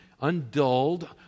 undulled